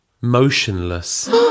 motionless